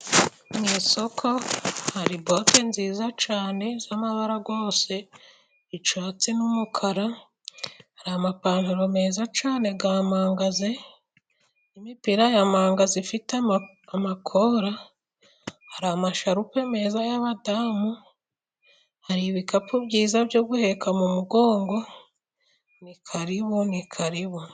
Mu isoko hari bote nziza cyane z'amabara yose, icyatsi n'umukara, hari amapantaro meza cyane ya mangaze, imipira ya manga ifite amakora, hari amasharupe meza y'abadamu, hari ibikapu byiza byo guheka mu mugongo, ni karibu ni karibu.